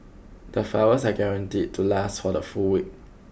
the flowers are guaranteed to last for the full week